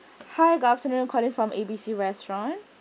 hi good afternoon calling from a b c restaurant